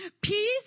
Peace